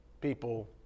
People